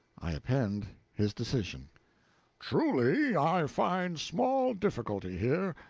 i append his decision truly i find small difficulty here,